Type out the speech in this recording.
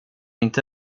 inte